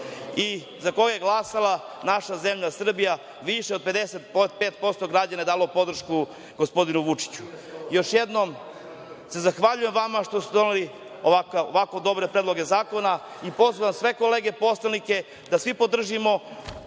i za koga je glasala naša zemlja Srbije, više od 55% građana je dalo podršku gospodinu Vučiću. Još jednom se zahvaljujem vama što ste doneli ovako dobre predloge zakona i pozivam sve kolege poslanike da svi podržimo